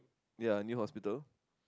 ya a new hospital